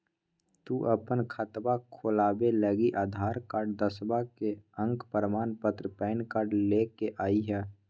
तू अपन खतवा खोलवे लागी आधार कार्ड, दसवां के अक प्रमाण पत्र, पैन कार्ड ले के अइह